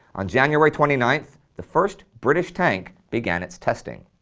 on january twenty ninth, the first british tank began its testing.